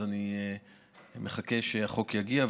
אז אני מחכה שהחוק יגיע,